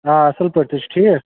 آ اَصٕل پٲٹھۍ تُہۍ چھُ ٹھیٖک